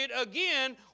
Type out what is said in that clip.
again